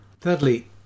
Thirdly